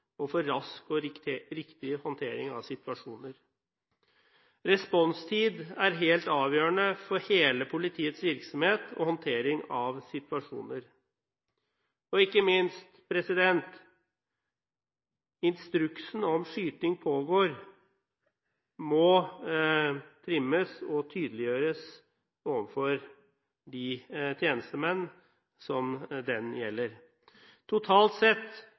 og for rask og riktig håndtering av situasjoner. Responstid er helt avgjørende for hele politiets virksomhet og håndtering av situasjoner, og ikke minst må instruksen om «skyting pågår» trimmes og tydeliggjøres overfor de tjenestemenn den gjelder. Totalt sett